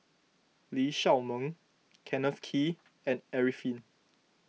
Lee Shao Meng Kenneth Kee and Arifin